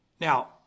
Now